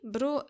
Bro